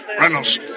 Reynolds